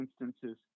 instances